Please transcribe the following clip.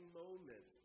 moment